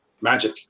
magic